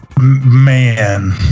man